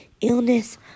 Illness